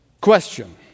Question